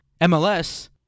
MLS